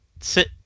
sit